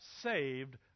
saved